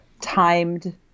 timed